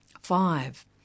Five